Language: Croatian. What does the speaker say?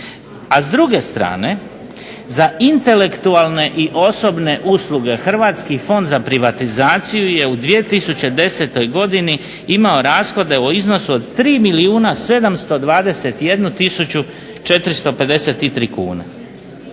A s druge strane, za intelektualne i osobne usluge Hrvatski fond za privatizaciju je u 2010. godini imao rashode u iznosu od 3 milijuna 721 tisuću 453 kune.